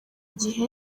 gihe